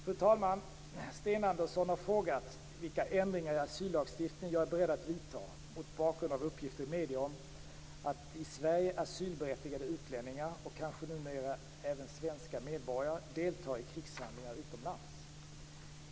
Fru talman! Sten Andersson har frågat vilka ändringar i asyllagstiftningen jag är beredd vidta mot bakgrund av uppgifter i medier om att i Sverige asylberättigade utlänningar, och kanske numera även svenska medborgare, deltar i krigshandlingar utomlands.